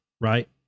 right